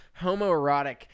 homoerotic